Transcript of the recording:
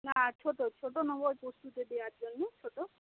না ছোটো ছোটো নেব ওই পোস্ততে দেওয়ার জন্য ছোটো